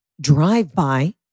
drive-by